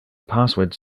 passwords